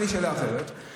תשאלי שאלה אחרת,